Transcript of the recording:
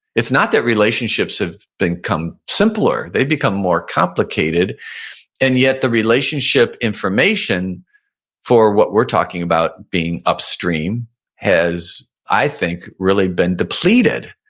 it's not that relationships have become simpler, they've become more complicated and yet the relationship information for what we're talking about being upstream has, i think, really been depleted.